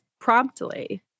promptly